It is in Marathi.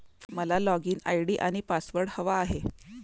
मला लॉगइन आय.डी आणि पासवर्ड हवा आहे